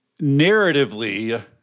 narratively